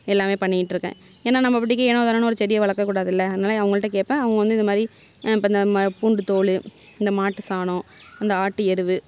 எல்லாம் பண்ணிகிட்டு இருக்கேன் ஏன்னா நம்மபாட்டுக்கு ஏனோதானோன்னு ஒரு செடிய வளர்க்க கூடாதுல அதனால் அவங்கள்ட்ட கேப்பேன் அவங்க வந்து இதுமாதிரி இப்போ இந்த பூண்டு தோல் இந்த மாட்டு சாணம் அந்த ஆட்டு எரு